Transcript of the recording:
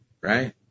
right